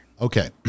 Okay